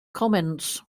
comments